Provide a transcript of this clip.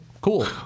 cool